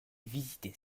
visitait